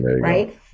right